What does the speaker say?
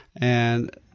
And-